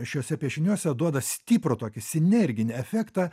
šiuose piešiniuose duoda stiprų tokį sinerginį efektą